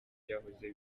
byahoze